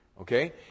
Okay